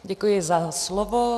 Děkuji za slovo.